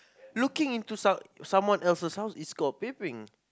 looking into some someone else's house is called peeping